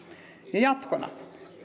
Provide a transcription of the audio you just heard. ja jatkona